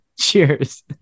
Cheers